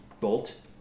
bolt